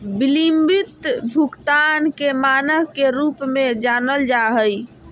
बिलम्बित भुगतान के मानक के रूप में जानल जा हइ